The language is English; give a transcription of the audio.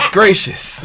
gracious